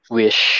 wish